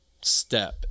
step